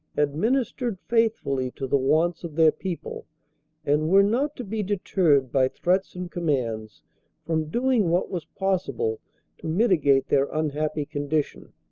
administered faithfully to the wants of their people and were not to be deterred by threats and com mands from doing what was possible to mitigate their un happy condition.